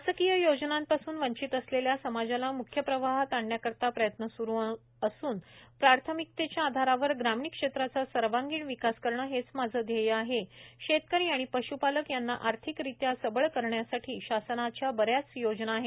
शासकीय योजनांपासून वंचित असलेल्या समाजाला म्ख्य प्रवाहात आणण्याकरिता माझे प्रयत्न सुरू असून प्राथमिकते च्या आधारावर ग्रामीण क्षेत्राचा सर्वांगीण विकास करणे हेच माझे ध्येय आहे शेतकरी आणि पश्पालक यांना आर्थिकरित्या सबळ करण्यासाठी शासनाच्या बऱ्याच योजना आहेत